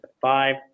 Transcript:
five